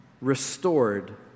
restored